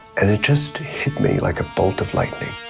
and it just hit me like a bolt of lightning.